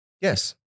yes